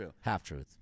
Half-truth